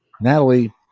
Natalie